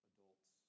Adults